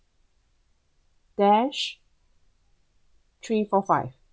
dash three four five